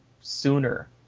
sooner